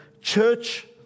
church